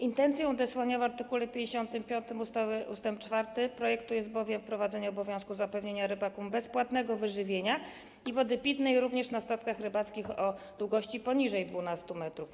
Intencją odesłania w art. 55 ust. 4 projektu jest bowiem wprowadzenie obowiązku zapewnienia rybakom bezpłatnego wyżywienia i wody pitnej również na statkach rybackich o długości poniżej 12 m.